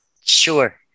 Sure